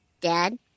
Dad